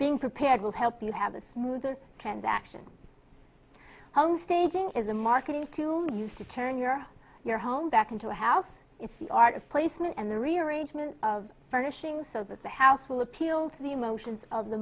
being prepared will help you have a smoother transaction own staging is a marketing tool used to turn your your home back into a house is the art of placement and the rearrangement of furnishings so that the house will appeal to the emotions of the